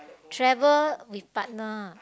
travel with partner ah